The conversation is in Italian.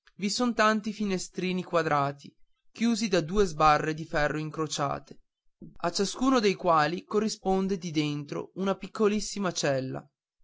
ci son tanti finestrini quadrati chiusi da due sbarre di ferro incrociate a ciascuno dei quali corrisponde di dentro una piccolissima cella